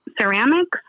ceramics